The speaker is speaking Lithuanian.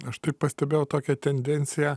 aš tai pastebėjau tokią tendenciją